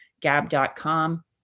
gab.com